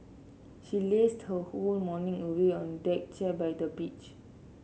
she lazed her whole morning away on deck chair by the beach